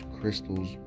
crystals